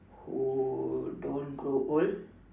who don't grow old